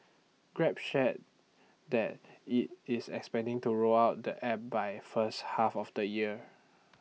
grab shared that IT is expecting to roll out the app by first half of the year